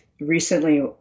recently